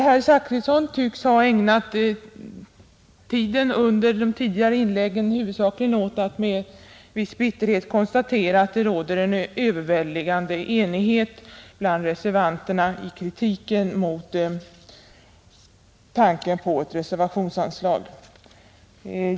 Herr Zachrisson tycks ha ägnat tiden under de olika inläggen huvudsakligen åt att med viss bitterhet konstatera att det råder en överväldigande enighet bland reservanterna i kritiken mot tanken på reservationsanslag.